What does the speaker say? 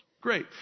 Great